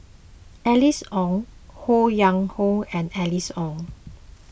Alice Ong Ho Yuen Hoe and Alice Ong